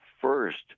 first